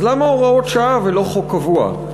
אז למה הוראות שעה ולא חוק קבוע?